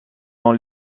dans